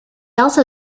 also